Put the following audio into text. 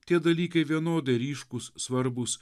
tie dalykai vienodai ryškūs svarbūs